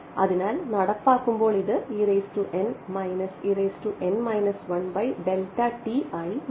അതിനാൽ നടപ്പാക്കുമ്പോൾ ഇത് ആയി മാറി